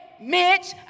Mitch